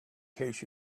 case